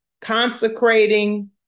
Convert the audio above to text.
consecrating